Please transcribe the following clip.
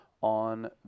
on